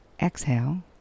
exhale